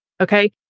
Okay